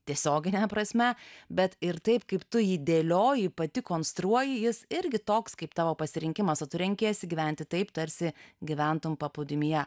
tiesiogine prasme bet ir taip kaip tu jį dėlioji pati konstruoji jis irgi toks kaip tavo pasirinkimas o tu renkiesi gyventi taip tarsi gyventum paplūdimyje